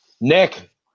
Nick